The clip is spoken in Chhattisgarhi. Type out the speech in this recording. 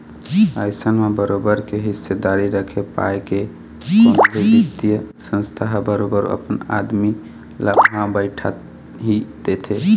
अइसन म बरोबर के हिस्सादारी रखे पाय के कोनो भी बित्तीय संस्था ह बरोबर अपन आदमी ल उहाँ बइठाही देथे